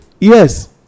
yes